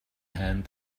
hand